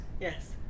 Yes